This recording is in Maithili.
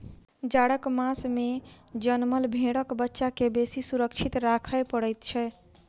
जाड़क मास मे जनमल भेंड़क बच्चा के बेसी सुरक्षित राखय पड़ैत छै